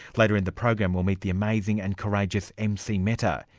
later in the program we'll meet the amazing and courageous mc mehta.